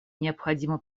необходимо